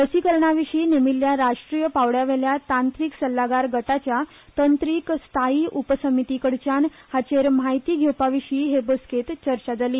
लसीकरणाविशी नेमिल्नया राष्ट्रीय पांवडयावेल्या तांत्रिक सल्नागार गटाच्या तंत्रिक स्थायी उपसमितीकडच्यान हेविशीं म्हायती घेवपाविशीं हे बसकेंत चर्चा जाली